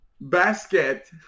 basket